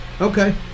Okay